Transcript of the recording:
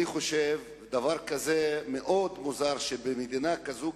אני חושב שדבר כזה הוא מאוד מוזר במדינה כזאת,